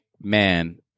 Man